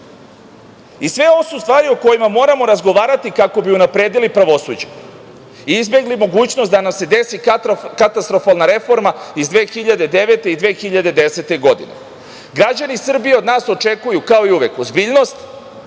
i sve ovo su stvari o kojima moramo razgovarati kako bi unapredili pravosuđe i izbegli mogućnost da nam se desi katastrofalna reforma iz 2009. i 2010. godine. Građani Srbije od nas očekuju kao i uvek, ozbiljnost,